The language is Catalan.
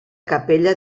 capella